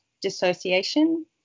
dissociation